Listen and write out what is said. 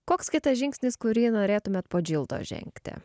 koks kitas žingsnis kurį norėtumėt po džildos žengti